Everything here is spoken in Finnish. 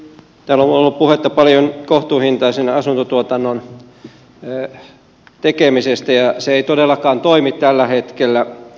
täällä on ollut paljon puhetta kohtuuhintaisen asuntotuotannon tekemisestä ja se ei todellakaan toimi tällä hetkellä